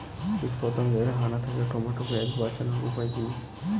কীটপতঙ্গের হানা থেকে টমেটো ক্ষেত বাঁচানোর উপায় কি?